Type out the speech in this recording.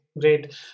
great